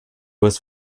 was